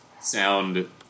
sound